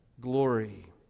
Glory